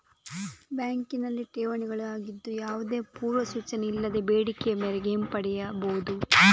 ಬ್ಯಾಂಕಿನಲ್ಲಿ ಠೇವಣಿಗಳಾಗಿದ್ದು, ಯಾವುದೇ ಪೂರ್ವ ಸೂಚನೆ ಇಲ್ಲದೆ ಬೇಡಿಕೆಯ ಮೇರೆಗೆ ಹಿಂಪಡೆಯಬಹುದು